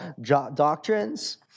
doctrines